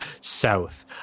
south